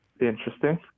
Interesting